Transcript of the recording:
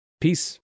Peace